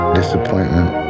disappointment